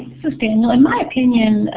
this is daniel. in my opinion,